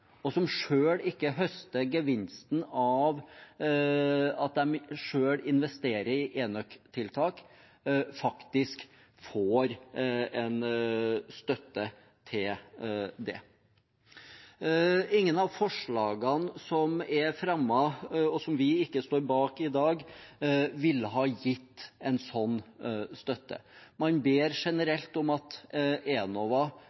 og som ikke høster gevinsten av selv å investere i enøktiltak, faktisk får en støtte til det. Ingen av forslagene som er fremmet og som vi ikke står bak i dag, ville ha gitt en slik støtte. Man ber generelt om at Enova